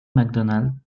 macdonald